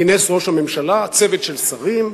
כינס ראש הממשלה צוות של שרים,